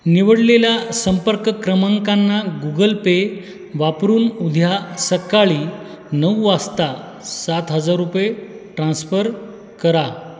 निवडलेल्या संपर्क क्रमांकांना गुगल पे वापरून उद्या सकाळी नऊ वाजता सात हजार रुपये ट्रान्स्फर करा